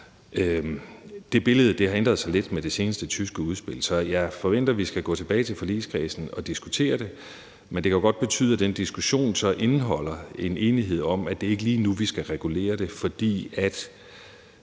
Det billede har ændret sig lidt med det seneste tyske udspil, så jeg forventer, at vi skal gå tilbage til forligskredsen og diskutere det, men det kan godt betyde, at den diskussion så indeholder en enighed om, at det ikke er lige nu, vi skal regulere det, fordi